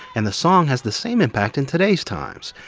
and the song has the same impact in today's times,